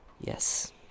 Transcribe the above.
Yes